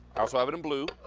i also have it in blue,